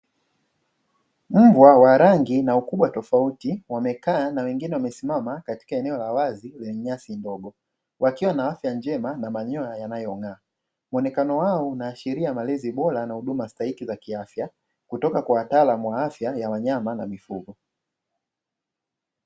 Mbwa wa rangi na ukubwa tofauti, wamekaa na wengine wamesimama katika eneo la wazi lenye nyasi ndogo, wakiwa na afya njema na manyoya yanayong'aa. Muonekano wao unaashiria malezi bora na huduma stahiki za kiafya kutoka kwa wataalamu wa afya ya wanyama na mifugo.